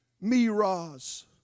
Miraz